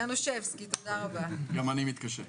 שמי ניר,